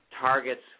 targets